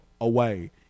away